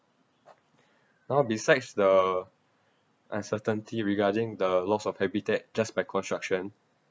now besides the uncertainty regarding the loss of habitat just by construction